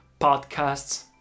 podcasts